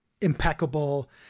impeccable